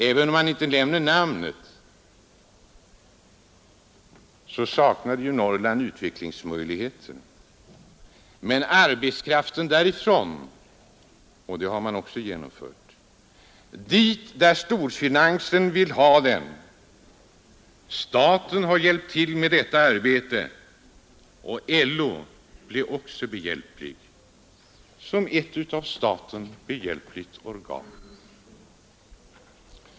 Även om man inte nämner namnet, så saknade ju Norrland utvecklingsmöjligheter. Men arbetskraften skulle flyttas därifrån — och det har man också genomfört — dit där storfinansen vill ha den. Staten har hjälpt till med detta arbete. LO blev också behjälpligt — som ett staten behjälpligt organ.